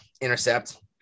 intercept